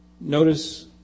Notice